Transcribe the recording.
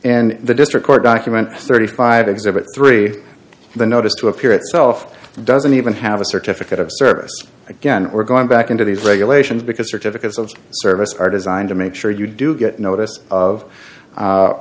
in the district court document thirty five exhibit three the notice to appear itself doesn't even have a certificate of service again we're going back into these regulations because certificates of service are designed to make sure you do get a notice of